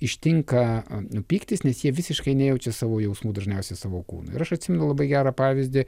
ištinka pyktis nes jie visiškai nejaučia savo jausmų dažniausiai savo kūno ir aš atsimenu labai gerą pavyzdį